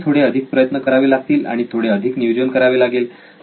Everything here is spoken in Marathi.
त्यासाठी थोडे अधिक प्रयत्न करावे लागतील आणि थोडे अधिक नियोजन करावे लागेल